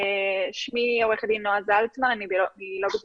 אני פעילה בלובי 99,